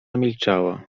milczała